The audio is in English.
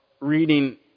reading